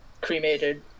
cremated